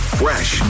fresh